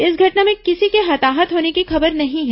इस घटना में किसी के हताहत होने की खबर नहीं है